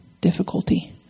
difficulty